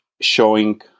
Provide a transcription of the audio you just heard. showing